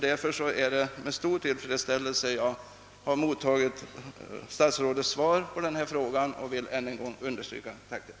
Därför är det med stor tillfredsställelse jag har mottagit statsrådets svar på denna fråga. Jag vill än en gång understryka mitt tack.